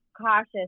cautious